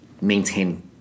maintain